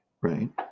Right